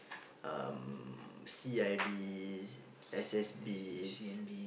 um C_I_D S_S_B